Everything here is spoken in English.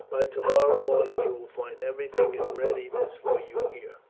by tomorrow morning you will find everything in readiness for you here.